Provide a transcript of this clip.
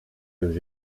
już